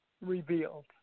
revealed